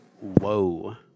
whoa